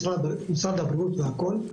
משרד הבריאות והכול,